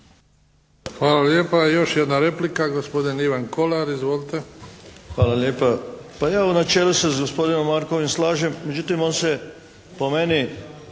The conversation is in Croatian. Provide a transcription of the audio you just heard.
Hvala lijepa. Još jedna replika, gospodin Ivan Kolar. Izvolite. **Kolar, Ivan (HSS)** Hvala lijepa. Pa ja u načelu se sa gospodinom Markovom slažem, međutim on se po meni